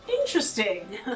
Interesting